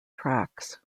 tracks